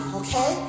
okay